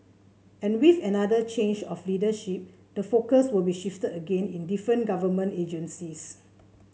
and with another change of leadership the focus will be shifted again in different government agencies